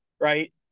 right